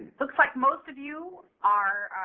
looks like most of you are